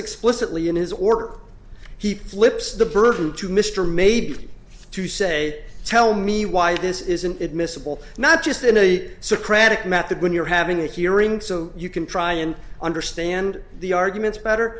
explicitly in his or he flips the burden to mr maybe to say tell me why this isn't admissible not just in a socratic method when you're having a hearing so you can try and understand the arguments better